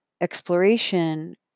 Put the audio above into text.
exploration